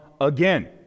again